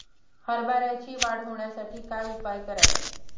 हरभऱ्याची वाढ होण्यासाठी काय उपाय करावे?